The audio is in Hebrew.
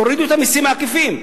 תורידו את המסים העקיפים,